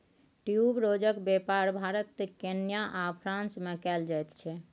ट्यूबरोजक बेपार भारत केन्या आ फ्रांस मे कएल जाइत छै